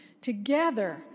Together